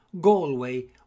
Galway